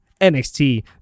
NXT